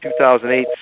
2008